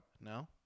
No